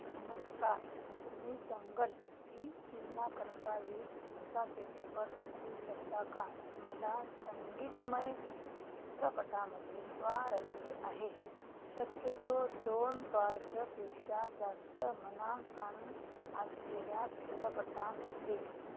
नमस्कार तुम्ही दंगलशी तुलना करता येईल असा चित्रपट सुचवू शकता का मला संगीतमय चित्रपटामध्ये स्वारस्य आहे शक्यतो दोन टार्सपेक्षा जास्त मानांकन आसलेल्या चित्रपटामध्ये